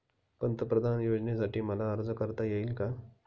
पंतप्रधान योजनेसाठी मला अर्ज करता येईल का?